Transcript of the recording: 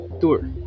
Tour